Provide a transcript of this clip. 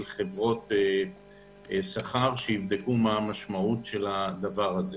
חברות שכר שתבדוקנה את משמעות הצעה.